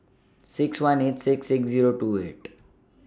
six one eight six six Zero two eight